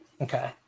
Okay